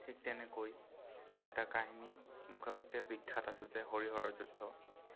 ঠিক তেনেকৈ এটা কাহিনী মুখে মুখে বিখ্যাত আছিল যে হৰি হৰৰ যুদ্ধ